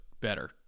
better